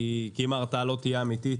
כי אם ההרתעה לא תהיה אמיתית,